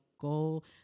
goal